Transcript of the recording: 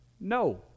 No